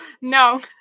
No